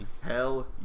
Hell